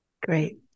Great